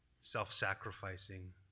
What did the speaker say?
self-sacrificing